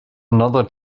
another